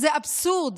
זה אבסורד